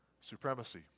supremacy